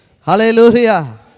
Hallelujah